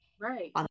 Right